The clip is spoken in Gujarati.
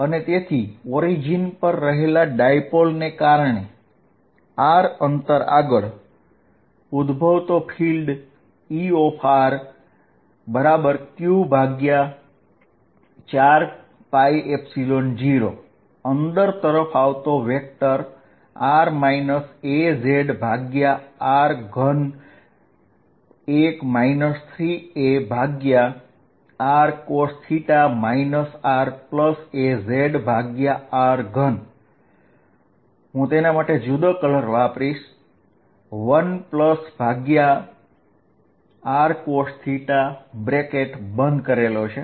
અને તેથી ઓરિજીન પર રહેલા ડાયપોલને કારણે r અંતર આગળ ઉદભવતું field Erq4π0r azr31 3arcosθ razr313arcosθ થશે